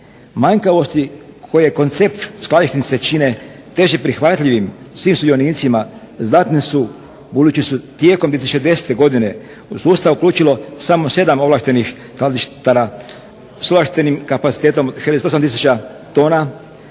Manjkavosti koje koncept skladišnice čine teže prihvatljivim svim sudionicima znatne su budući se tijekom 2010. godine u sustav uključilo samo 7 ovlaštenih skladištara s ovlaštenim kapacitetom 68 tisuća tona,